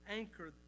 anchor